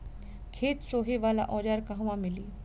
खेत सोहे वाला औज़ार कहवा मिली?